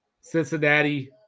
Cincinnati